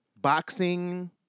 boxing